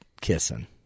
kissing